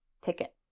ticket